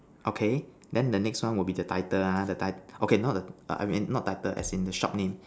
okay then the next one will be the title ah the title okay the I mean not title as in the shop name